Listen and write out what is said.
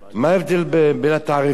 מה ההבדל בין התעריפים?